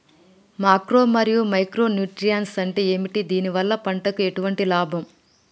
Macro మరియు micro nutrients అంటే ఏమిటి? దీనివల్ల పంటకు ఎటువంటి లాభం?